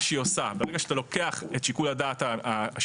שהיא עושה זה שברגע שאתה לוקח את שיקול הדעת השיפוטי,